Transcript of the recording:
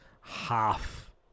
half